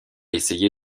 essayé